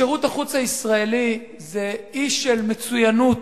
שירות החוץ הישראלי זה אי של מצוינות